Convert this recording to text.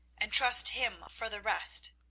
and trust him for the rest.